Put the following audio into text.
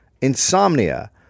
insomnia